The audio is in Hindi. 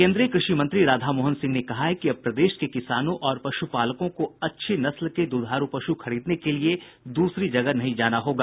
केन्द्रीय कृषि मंत्री राधामोहन सिंह ने कहा है कि अब प्रदेश के किसानों और पशुपालकों को अच्छी नस्ल के द्धारू पशु खरीदने के लिए दूसरी जगह नहीं जाना होगा